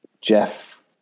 Jeff